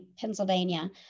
Pennsylvania